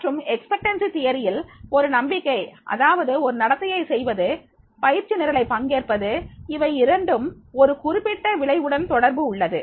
மற்றும் எதிர்பார்ப்பு கோட்பாடு ஒரு நம்பிக்கை அதாவது ஒரு நடத்தையை செய்வது பயிற்சி நிரலை பங்கேற்பது இவை இரண்டும் ஒரு குறிப்பிட்ட விளைவுடன் தொடர்பு உள்ளது